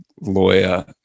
lawyer